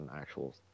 actual